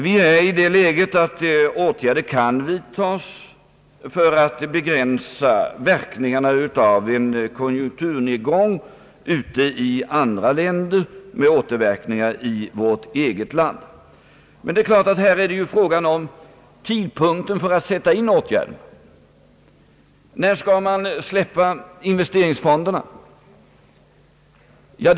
Vi är i det läget att åtgärder kan vidtas för att begränsa verkningarna av en konjunkturnedgång i andra länder med återverkningar i vårt eget land. Självfallet uppkommer frågan vid vilken tidpunkt åtgärderna skall sättas in. När skall investeringsfonderna släp pas?